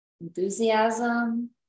enthusiasm